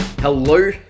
hello